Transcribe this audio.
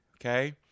Okay